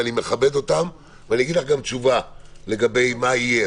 ואני מכבד אותן ואני אגיד לך גם תשובה לגבי מה יהיה.